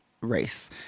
race